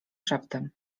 szeptem